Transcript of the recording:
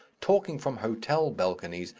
talking from hotel balconies,